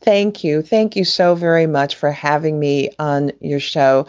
thank you. thank you so very much for having me on your show.